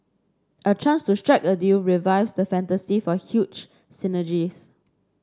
a chance to strike a deal revives the fantasy for huge synergies